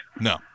No